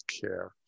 care